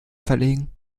verlegen